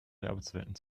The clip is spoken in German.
werbezwecken